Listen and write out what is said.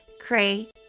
Cray